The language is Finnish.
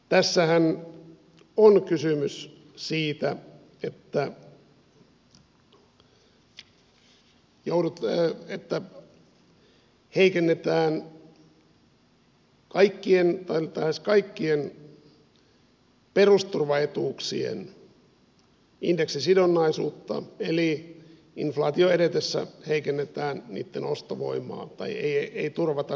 tässähän on kysymys siitä että heikennetään lähes kaikkien perusturvaetuuksien indeksisidonnaisuutta eli inflaation edetessä heikennetään eniten ostovoimaa vai ei ei turvata niitten ostovoimaa